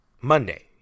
Monday